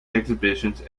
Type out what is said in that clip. exhibitions